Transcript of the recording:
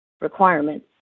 requirements